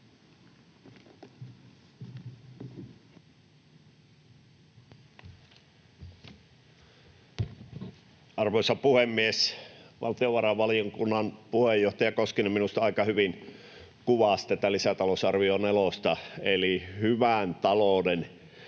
Arvoisa puhemies! Valtiovarainvaliokunnan puheenjohtaja Koskinen minusta aika hyvin kuvasi tätä lisätalousarvio nelosta, eli hyvän talouden